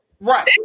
Right